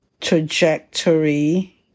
trajectory